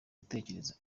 gutekereza